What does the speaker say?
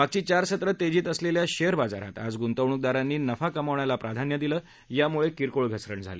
मागची चार सत्र तेजीत असलेल्या शेअर बाजारात आज ग्रंतवणूकदारांनी नफा कमवण्याला प्राधान्य दिल्यामुळे किरकोळ घसरण झाली